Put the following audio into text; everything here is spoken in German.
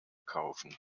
kaufen